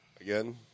Again